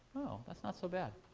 oh, that's not so bad.